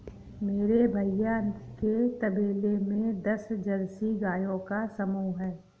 मेरे भैया के तबेले में दस जर्सी गायों का समूह हैं